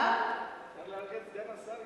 לסגן השר,